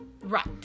Right